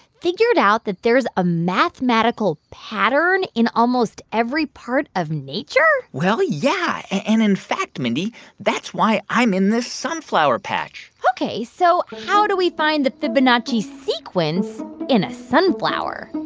figured out that there's a mathematical pattern in almost every part of nature? well, yeah. and, in fact, mindy that's why i'm in this sunflower patch ok. so how do we find the fibonacci sequence in a sunflower?